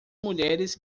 mulheres